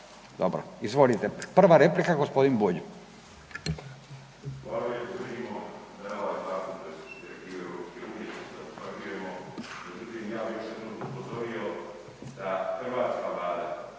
Dobro. Izvolite, prva replika gospodin Bulj.